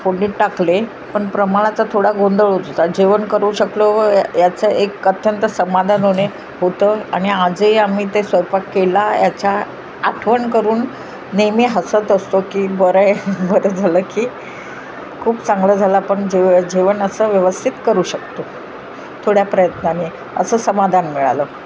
फोडणीत टाकले पण प्रमाणाचा थोडा गोंधळ होत होता जेवण करू शकलो याचं एक अत्यंत समाधान होणे होतं आणि आजही आम्ही ते स्वयंपाक केला याच्या आठवण करून नेहमी हसत असतो की बरं आहे बरं झालं की खूप चांगलं झालं आपण जेव जेवण असं व्यवस्थित करू शकतो थोड्या प्रयत्नाने असं समाधान मिळालं